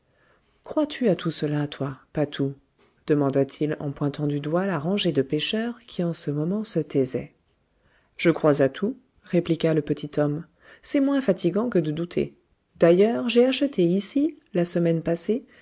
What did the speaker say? crois-tu à cela toi patou demanda-t-il en pointant du doigt la rangée de pécheurs qui en ce moment se taisait je crois à tout répliqua le petit homme c'est moins fatigant que de douter d ailleurs j'ai acheté ici la semaine passée